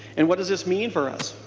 and what does this mean for us?